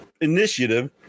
initiative